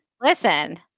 Listen